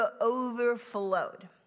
overflowed